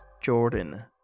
Jordan